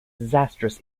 disastrous